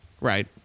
Right